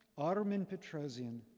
armen petrosian,